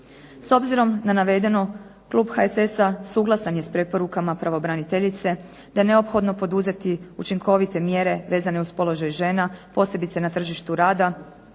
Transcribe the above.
S obzirom na navedeno klub HSS-a suglasan je s preporukama pravobraniteljice, te neophodno poduzeti učinkovite mjere vezane uz položaj žena, posebice na tržištu rada,